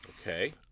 Okay